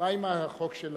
מה עם החוק של